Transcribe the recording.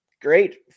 Great